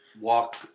walk